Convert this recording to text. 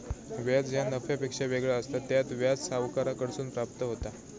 व्याज ह्या नफ्यापेक्षा वेगळा असता, त्यात व्याज सावकाराकडसून प्राप्त होता